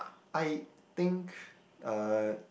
I think uh